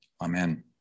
Amen